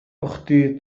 أختي